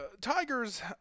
Tigers